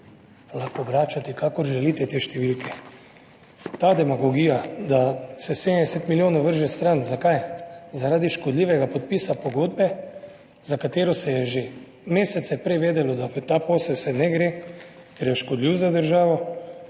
Lahko obračate, kakor želite te številke. Ta demagogija, da se 70 milijonov vrže stran. Zakaj? Zaradi škodljivega podpisa pogodbe, za katero se je že mesece prej vedelo, da se v ta posel ne gre, ker je škodljiv za državo.